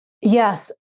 Yes